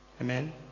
Amen